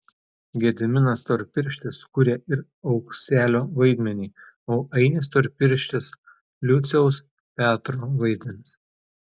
gediminas storpirštis kuria ir aukselio vaidmenį o ainis storpirštis liuciaus petro vaidmenis